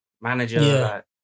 manager